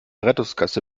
rettungsgasse